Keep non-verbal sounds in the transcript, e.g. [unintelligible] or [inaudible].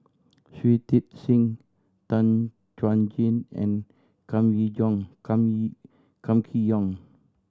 Shui Tit Sing Tan Chuan Jin and Kam [unintelligible] Kam Kee Yong